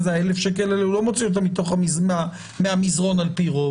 מה זה ה-1,000 ₪ האלה הוא לא מוציא אותם מתוך המזרון על פי רוב.